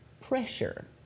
pressure